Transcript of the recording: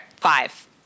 five